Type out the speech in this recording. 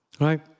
right